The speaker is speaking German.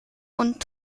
und